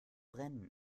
brennen